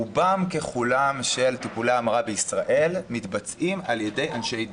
רובם ככולם של טיפולי ההמרה בישראל מתבצעים על ידי אנשי דת,